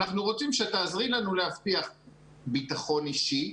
אנחנו רוצים שאת תעזרי לנו להבטיח ביטחון אישי,